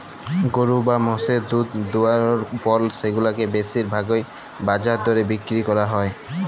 গরু বা মোষের দুহুদ দুয়ালর পর সেগুলাকে বেশির ভাগই বাজার দরে বিক্কিরি ক্যরা হ্যয়